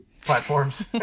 platforms